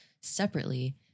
separately